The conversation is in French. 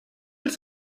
elle